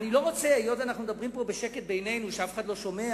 אנחנו מדברים פה בשקט בינינו, כשאף אחד לא שומע.